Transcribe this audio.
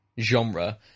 genre